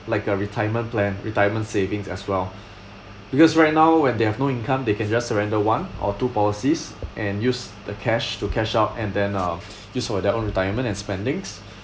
like a retirement plan retirement savings as well because right now when they have no income they can just surrender one or two policies and use the cash to cash out and then uh use for their own retirement and spendings